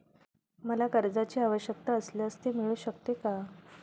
मला कर्जांची आवश्यकता असल्यास ते मिळू शकते का?